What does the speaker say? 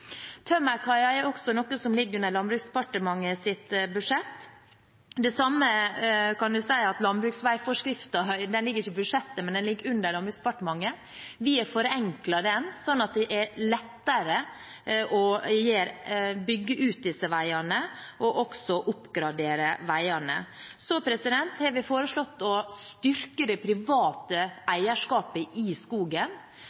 er også noe som ligger under Landbruksdepartementets budsjett. Landbruksveiforskriften ligger også under Landbruksdepartementet. Vi har forenklet den, slik at det er lettere å bygge ut og oppgradere disse veiene. Så har vi foreslått å styrke det private eierskapet i skogen.